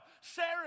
Sarah